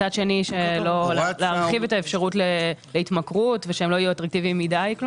מצד שני לא להרחיב את האפשרות להתמכרות ושהם לא יהיו אטרקטיביים מידי.